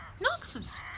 Nonsense